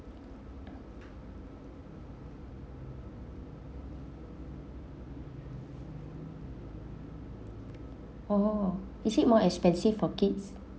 oh is it more expensive for kids